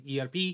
erp